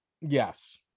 yes